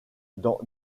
dans